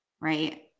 right